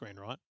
right